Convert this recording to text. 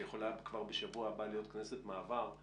שיכולה כבר בשבוע הבא להיות כנסת מעבר,